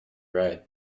ride